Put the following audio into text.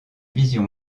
vision